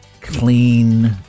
clean